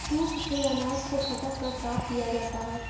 soup से अनाज को फटक कर साफ किया जाता है